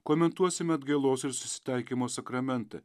komentuosime atgailos ir susitaikymo sakramentą